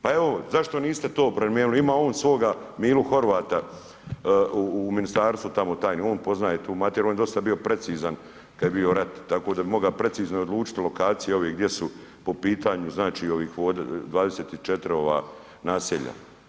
Pa evo, zašto niste to promijenili, ima on svoga Milu Horvata u ministarstvu tamo, tamo on poznaje tu materiju, on je dosta bio precizan kad je bio rat tako da bi mogao precizno i odlučiti lokacije ove gdje su po pitanju znači ovih 24 ova naselja.